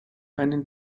einen